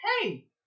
hey